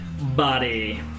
body